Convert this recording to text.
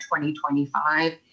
2025